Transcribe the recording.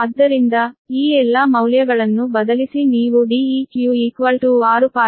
ಆದ್ದರಿಂದ ಈ ಎಲ್ಲಾ ಮೌಲ್ಯಗಳನ್ನು ಬದಲಿಸಿ ನೀವು Deq 6